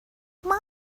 mommy